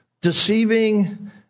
deceiving